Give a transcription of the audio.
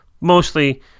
mostly